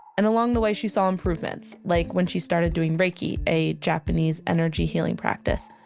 and along the way, she saw improvements. like when she started doing reiki, a japanese energy healing practice,